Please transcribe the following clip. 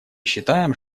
считаем